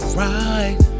right